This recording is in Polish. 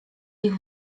ich